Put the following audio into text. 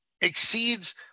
exceeds